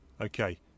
Okay